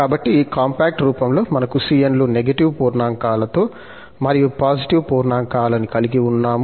కాబట్టి ఈ కాంపాక్ట్ రూపంలో మనకు cn లు నెగటివ్ పూర్ణాంకాలతో మరియు పాజిటివ్ పూర్ణాంకాలని కలిగి ఉన్నాము